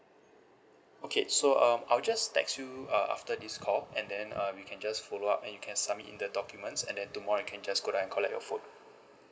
okay so um I'll just text you uh after this call and then um you can just follow up and you can submit in the documents and then tomorrow you can just go there and collect your phone